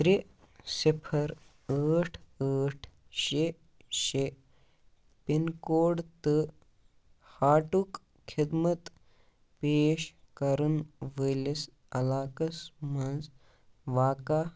ترٛےٚ صِفَر ٲٹھ ٲٹھ شےٚ شےٚ پِن کوڈ تہٕ ہارٹُک خٔدمت پیش کَرن وٲلِس علاقس مَنٛز واقع